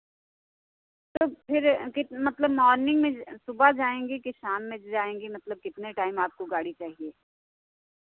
तो फिर कि मतलब मॉर्निंग में सुबह जाएंगी कि शाम में जाएंगी मतलब कितने टाइम आपको गाड़ी चाहिए